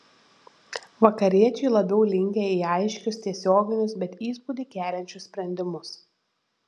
vakariečiai labiau linkę į aiškius tiesioginius bet įspūdį keliančius sprendimus